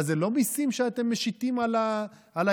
מה, זה לא מיסים שאתם משיתים על האזרחים?